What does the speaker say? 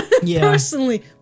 Personally